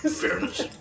Fairness